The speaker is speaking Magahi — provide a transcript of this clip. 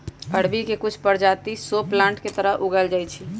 अरबी के कुछ परजाति शो प्लांट के तरह लगाएल जाई छई